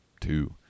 two